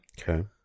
Okay